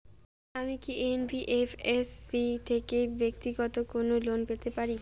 আমি কি এন.বি.এফ.এস.সি থেকে ব্যাক্তিগত কোনো লোন পেতে পারি?